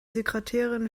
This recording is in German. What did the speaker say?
sekretärin